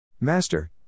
Master